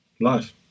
Life